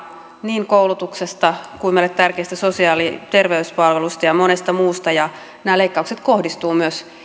niin koulutuksesta kuin meille tärkeistä sosiaali ja terveyspalveluista ja monesta muusta ja nämä leikkaukset kohdistuvat myös